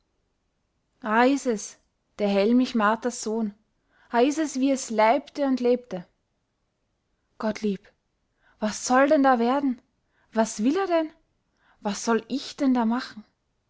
es der hellmich marthas sohn a is wie se leibte und lebte gottlieb was soll denn da werden was will a denn was soll ich denn da machen